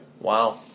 Wow